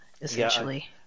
essentially